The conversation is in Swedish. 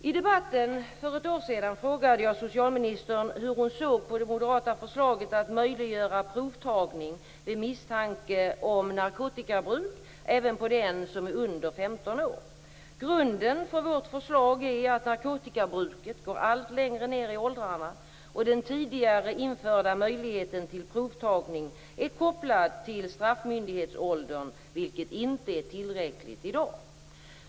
I debatten för ett år sedan frågade jag socialministern hur hon såg på det moderata förslaget att möjliggöra provtagning vid misstanke om narkotikabruk även på den som är under 15 år. Grunden för vårt förslag är att narkotikabruket går allt längre ned i åldrarna och att den tidigare införda möjligheten till provtagning är kopplad till straffmyndighetsåldern, vilket inte är tillräckligt i dag.